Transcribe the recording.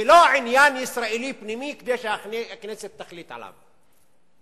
ולא עניין ישראלי פנימי כדי שהכנסת תחליט עליו.